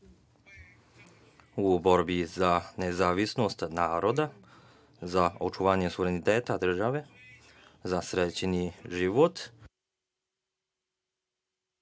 U borbi za nezavisnost naroda za očuvanje suvereniteta države za srećniji život